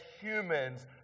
humans